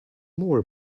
more